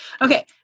Okay